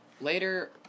Later